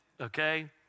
Okay